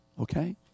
Okay